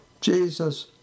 Jesus